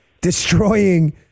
destroying